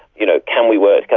you know can we work